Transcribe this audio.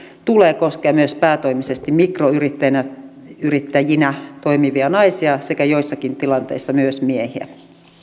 tulee koskea myös päätoimisesti mikroyrittäjinä mikroyrittäjinä toimivia naisia sekä joissakin tilanteissa myös miehiä